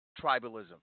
tribalism